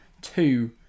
two